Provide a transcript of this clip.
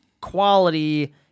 quality